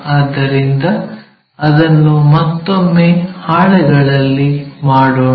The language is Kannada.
ಆದ್ದರಿಂದ ಅದನ್ನು ಮತ್ತೊಮ್ಮೆ ಹಾಳೆಗಳಲ್ಲಿ ಮಾಡೋಣ